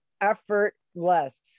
effortless